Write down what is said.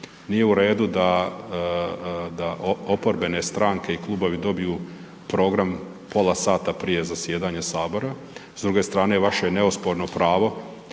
nije u redu da, da oporbene stranke i klubovi dobiju program pola sata prije zasjedanja sabora. S druge strane vaše je neosporno pravo